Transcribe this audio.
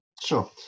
Sure